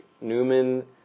Newman